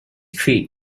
creek